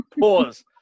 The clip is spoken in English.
Pause